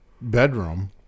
bedroom